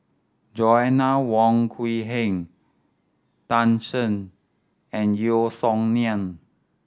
Joanna Wong Quee Heng Tan Shen and Yeo Song Nian